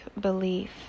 belief